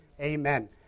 Amen